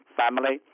family